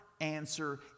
answer